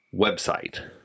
website